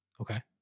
okay